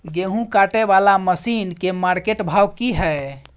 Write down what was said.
गेहूं काटय वाला मसीन के मार्केट भाव की हय?